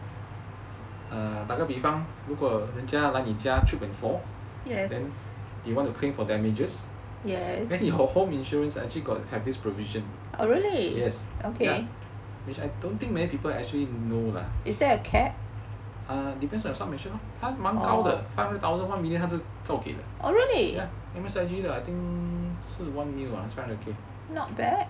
err 打个比方如果人家来你家 trip and fall then they want to claim for damages then he got home insurance actually got have this provision yes ya which I don't think many people actually know lah err depends on sum assured lor 蛮高的 five hundred thousand one million 他都造给的 M_S_I_G 的 I think 是 one mil~ ah